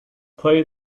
play